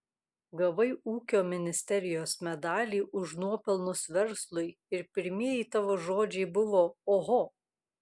gavai ūkio ministerijos medalį už nuopelnus verslui ir pirmieji tavo žodžiai buvo oho